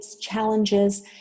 challenges